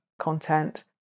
content